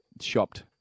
shopped